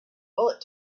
bullet